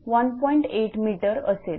8 m असेल